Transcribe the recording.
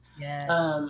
Yes